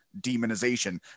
demonization